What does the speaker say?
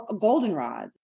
goldenrod